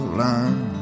line